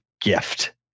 gift